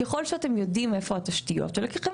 ככל שאתם יודעים איפה התשתיות שלכם,